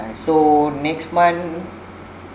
so next month